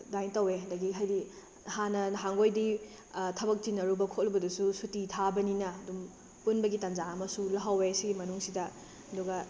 ꯑꯗꯥꯏ ꯇꯧꯏ ꯑꯗꯨꯗꯒꯤ ꯍꯥꯏꯗꯤ ꯍꯥꯟꯅ ꯅꯍꯥꯟꯈꯩꯗꯤ ꯊꯕꯛ ꯆꯤꯟꯅꯔꯨꯕ ꯈꯣꯠꯂꯨꯕꯗꯨꯁꯨ ꯁꯨꯇꯤ ꯊꯥꯕꯅꯤꯅ ꯑꯗꯨꯝ ꯄꯨꯟꯕꯒꯤ ꯇꯟꯖꯥ ꯑꯃꯁꯨ ꯂꯧꯍꯧꯏ ꯁꯤꯒꯤ ꯃꯅꯨꯡꯁꯤꯗ ꯑꯗꯨꯒ